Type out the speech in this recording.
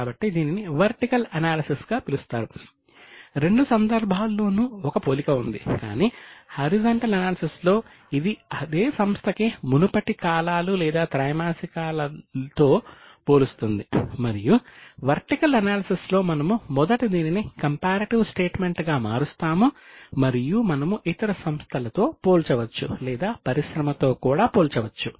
కాబట్టి దీనిని vertical analysis గా మారుస్తాము మరియు మనము ఇతర సంస్థలతో పోల్చవచ్చు లేదా పరిశ్రమతో కూడా పోల్చవచ్చు